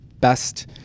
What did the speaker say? best